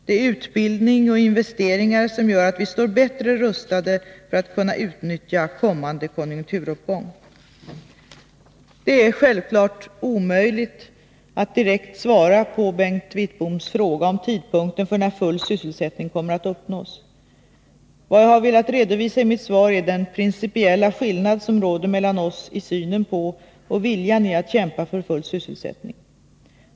Det är utbildning och investeringar som gör att vi står bättre rustade för att kunna utnyttja kommande konjunkturuppgång. Det är självfallet omöjligt att direkt svara på Bengt Wittboms fråga om tidpunkten för när full sysselsättning kommer att uppnås. Vad jag har velat redovisa i mitt svar är den principiella skillnad som råder mellan oss i synen på och viljan i att kämpa för full sysselsättning.